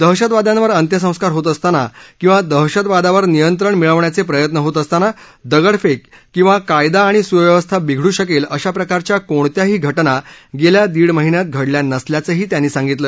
दहशतवाद्यांवर अंत्यसंस्कार होत असताना किंवा दहशतवादावर नियंत्रण मिळवण्याचे प्रयत्न होत असताना दगडफेक किंवा कायदा आणि सुव्यवस्था बिघडू शकेल अशा प्रकारच्या कोणत्याही घटना गेल्या दीड महिन्यात घडल्या नसल्याचंही त्यांनी सांगितलं